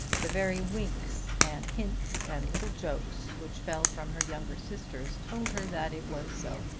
the very winks and hints and little jokes which fell from her younger sisters told her that it was so.